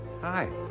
Hi